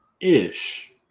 ish